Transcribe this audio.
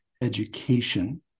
education